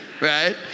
right